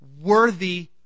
worthy